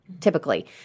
typically